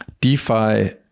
DeFi